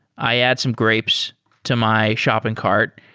i add some grapes to my shopping cart,